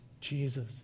Jesus